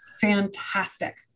fantastic